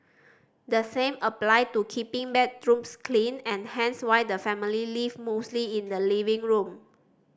the same applied to keeping bedrooms clean and hence why the family lived mostly in the living room